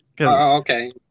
Okay